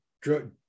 drug